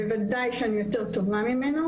וודאי שאני יותר טובה ממנו,